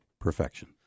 perfection